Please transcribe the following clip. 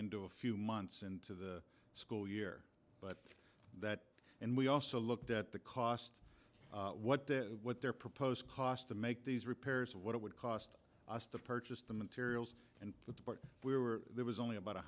into a few months into the school year but that and we also looked at the cost what that what their proposed cost to make these repairs of what it would cost us the purchase the materials and we were there was only about